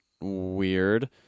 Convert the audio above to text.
weird